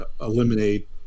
eliminate